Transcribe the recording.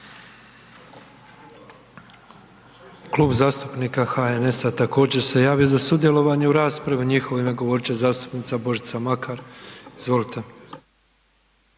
Klub zastupnika HNS-a također se javio za sudjelovanje u raspravi. U njihovo ime govorit će zastupnica Božica Makar. Izvolite.